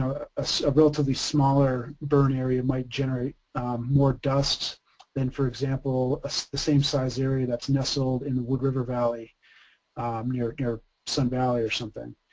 a relatively smaller burn area might generate more dust than for example the same size area that's nestled in wood river valley near near sun valley or something.